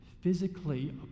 physically